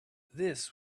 this